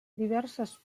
diverses